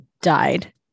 died